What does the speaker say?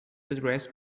addressed